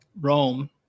Rome